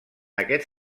aquests